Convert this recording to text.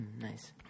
Nice